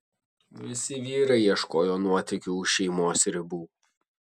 visi vyrai ieškojo nuotykių už šeimos ribų